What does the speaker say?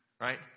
right